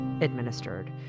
administered